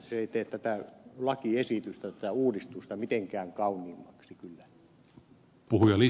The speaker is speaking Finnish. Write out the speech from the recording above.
se ei tee tätä lakiesitystä tätä uudistusta mitenkään kauniimmaksi kyllä